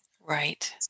Right